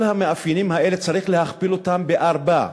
את כל המאפיינים האלה צריך להכפיל אותם בארבע,